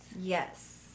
Yes